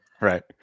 right